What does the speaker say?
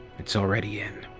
it's already in.